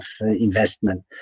investment